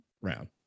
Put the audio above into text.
round